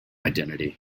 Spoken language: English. identity